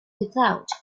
without